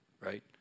right